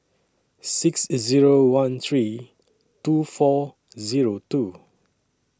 six Zero one three two four Zero two